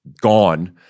gone